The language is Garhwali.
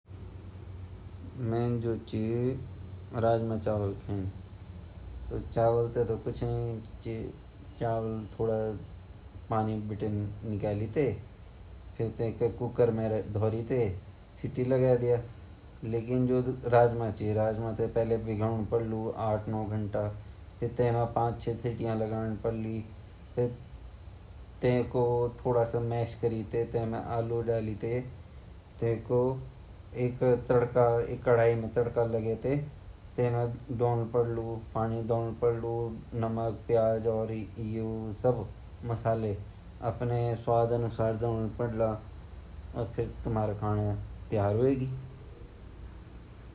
मिन ता आइस क्रीम खायी आ ता उ करेला बन ता पेली हम वेते धवदा छिन अर धवई क हम वेते छिलन ची अर छिली ते वेगा अंदर हमुन जु मसाला बड़ाई वे मसाला प्याज़ पूज कटी ते अर मसाला डाइके वेते मसाला बड़ोदा अर वेइते हम करेला भितर भन वे मसाला ते अर वेते त्योल मा फ्राई करि ते बंडोदा ची।